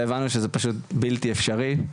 והבנו שזה פשוט בלתי אפשרי.